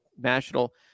National